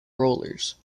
rollers